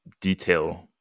detail